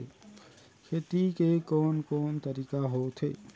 खेती के कोन कोन तरीका होथे?